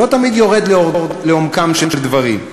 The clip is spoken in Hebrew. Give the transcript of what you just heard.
לא תמיד יורד לעומקם של דברים.